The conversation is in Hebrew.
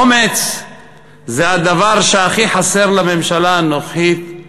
אומץ זה הדבר שהכי חסר לממשלה הנוכחית,